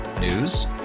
News